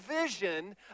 vision